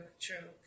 true